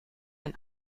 ein